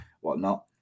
whatnot